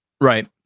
Right